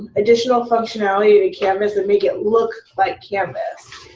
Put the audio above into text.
additional functionality to canvas and make it look like canvas.